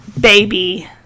baby